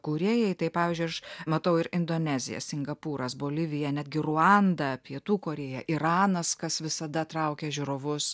kūrėjai tai pavyzdžiui aš matau ir indonezija singapūras bolivija netgi ruanda pietų korėja iranas kas visada traukia žiūrovus